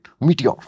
Meteor